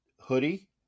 Hoodie